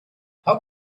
how